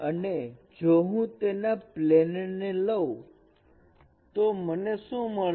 અને જો હું તેના પ્લેન ને લવ તો મને શું મળશે